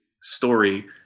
story